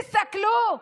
תסתכלו,